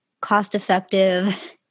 cost-effective